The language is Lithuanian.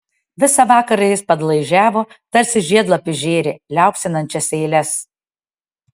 visą vakarą jis padlaižiavo tarsi žiedlapius žėrė liaupsinančias eiles